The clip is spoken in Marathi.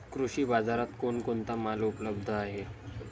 कृषी बाजारात कोण कोणता माल उपलब्ध आहे?